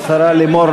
מי,